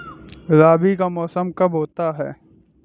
रबी का मौसम कब होता हैं?